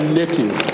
native